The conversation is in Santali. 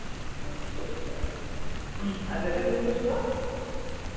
ᱟᱪᱪᱷᱟ ᱟᱪᱪᱷᱟ ᱜᱟᱛᱮᱜ ᱛᱤᱱ ᱠᱷᱚᱱ ᱥᱩᱨᱩᱜᱼᱟ